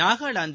Nagaland